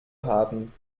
haben